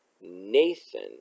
Nathan